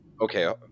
okay